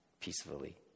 peacefully